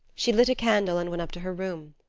she lit a candle and went up to her room.